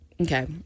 Okay